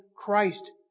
Christ